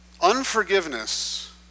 Unforgiveness